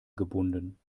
gebunden